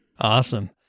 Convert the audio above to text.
Awesome